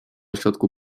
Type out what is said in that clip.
środku